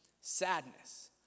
Sadness